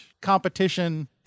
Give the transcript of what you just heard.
competition